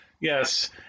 yes